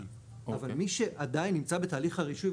אבל מי שעדיין נמצא בתהליך הרישוי,